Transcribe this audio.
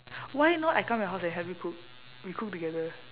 why not I come your house and help you cook we cook together